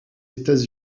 états